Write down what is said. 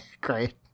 great